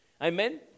Amen